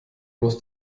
muss